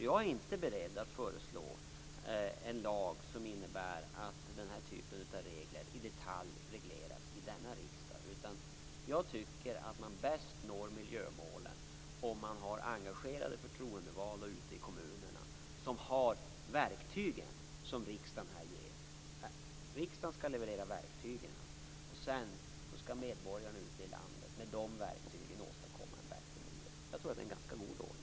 Jag är inte beredd att föreslå en lag som innebär att den här typen av frågor i detalj regleras av denna riksdag, utan jag tycker att man bäst når miljömålen om det finns engagerade förtroendevalda som har de verktyg som riksdagen anger. Riksdagen skall leverera verktygen. Sedan skall medborgarna ute i landet med dessa verktyg åstadkomma en bättre miljö. Jag tror att det är en ganska god ordning.